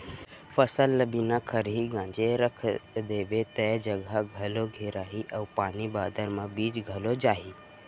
फसल ल बिना खरही गांजे रखा देबे तौ जघा घलौ घेराही अउ पानी बादर म भींज घलौ जाही